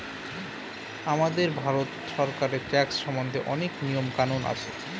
আমাদের ভারত সরকারের ট্যাক্স সম্বন্ধে অনেক নিয়ম কানুন আছে